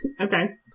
okay